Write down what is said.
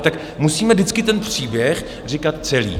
Tak musíme vždycky ten příběh říkat celý.